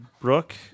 Brooke